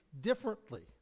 differently